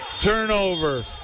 turnover